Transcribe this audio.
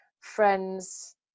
friends